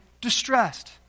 distressed